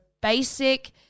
basic